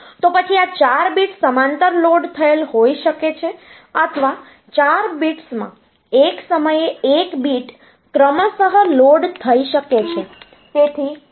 તો પછી આ 4 બિટ્સ સમાંતર લોડ થયેલ હોઈ શકે છે અથવા આ 4 બિટ્સમાં એક સમયે એક બીટ ક્રમશઃ લોડ થઈ શકે છે